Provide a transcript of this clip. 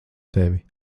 tevi